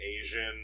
Asian